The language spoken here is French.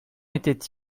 était